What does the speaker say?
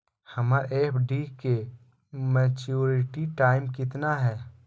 हमर एफ.डी के maturity time कितना है?